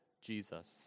Jesus